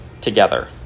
together